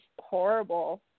horrible